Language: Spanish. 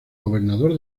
gobernador